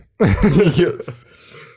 Yes